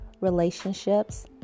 relationships